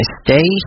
stay